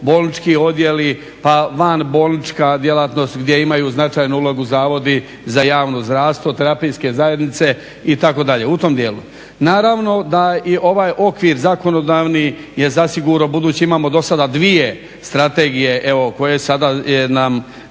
bolnički odjeli, pa vanbolnička djelatnost gdje imaju značajnu ulogu zavodi za javno zdravstvo, terapijske zajednice itd. u tom dijelu. Naravno da i ovaj okvir zakonodavni je zasigurno, budući da imamo dosada 2 strategije evo koje sada,